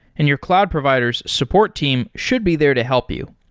and your cloud provider s support team should be there to help you.